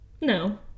No